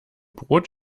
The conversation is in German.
brot